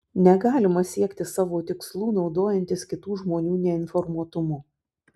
negalima siekti savo tikslų naudojantis kitų žmonių neinformuotumu